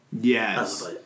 Yes